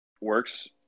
works